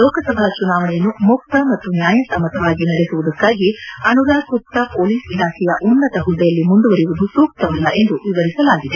ಲೋಕಸಭಾ ಚುನಾವಣೆಯನ್ನು ಮುಕ್ತ ಮತ್ತು ನ್ಯಾಯಸಮ್ಮತವಾಗಿ ನಡೆಸುವುದಕ್ಕಾಗಿ ಅನುರಾಗ್ ಗುಪ್ತ ಮೊಲೀಸ್ ಇಲಾಖೆಯ ಉನ್ನತ ಪುದ್ದೆಯಲ್ಲಿ ಮುಂದುವರಿಯುವುದು ಸೂಕ್ತವಲ್ಲ ಎಂದು ವಿವರಿಸಲಾಗಿದೆ